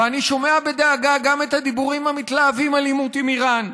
ואני שומע בדאגה גם את הדיבורים המתלהבים על עימות עם איראן.